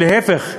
ולהפך,